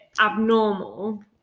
abnormal